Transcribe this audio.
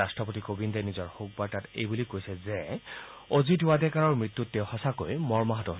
ৰাষ্টপতি কোবিন্দে নিজৰ শোকবাৰ্তাত এই বুলি কৈছে যে অজিত ৱাডেকাৰৰ মৃত্যুত তেওঁ সঁচাকৈ মৰ্মাহত হৈছে